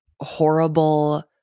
horrible